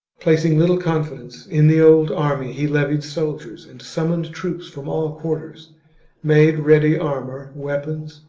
placing little confidence in the old army, he levied soldiers and summoned troops from all quarters made ready armour, weapons,